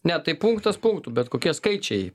ne tai punktas punktu bet kokie skaičiai